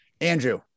Andrew